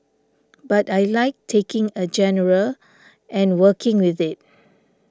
but I like taking a genre and working with it